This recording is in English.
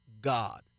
God